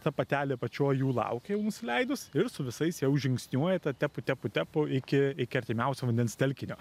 ta patelė apačioj jų laukia jau nusileidus ir su visais jau žingsniuoja ta tepu tepu tepu iki iki artimiausio vandens telkinio